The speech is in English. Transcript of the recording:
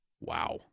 Wow